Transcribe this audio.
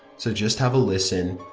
so just have a listen,